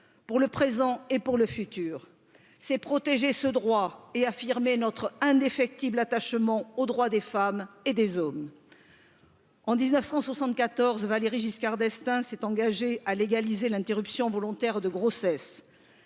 pour le présent et pour le futur c'est protéger ce droit et affirmer notre indéfectible attachement aux droits des femmes et des hommes en mille neuf cent soixante quatorze valéry giscard d'estaing s'est engagée à légaliser l'interruption volontaire de grossesse